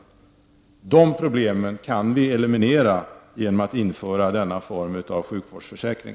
Problem av detta slag kan vi eliminera genom att införa denna form av sjukvårdsförsäkring.